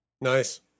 Nice